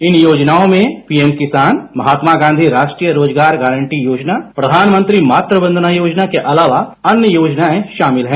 इन योजनाओं में पीएम किसान महात्मा गांधी राष्ट्रीय रोजगार गारंटी योजना प्रधानमंत्री मातू वंदना योजना के अलावा अन्य योजना शामिल हैं